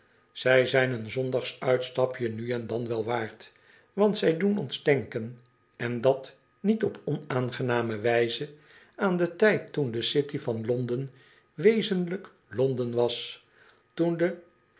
zij zijn een zondagsuitstapje nu en dan wel waard want zij doen ons denken en dat niet op onaangename wijze aan den tijd toen de gity van londen wezenlijk londen was toen de